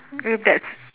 uh that's